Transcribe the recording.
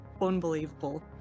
unbelievable